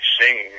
singing